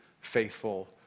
faithful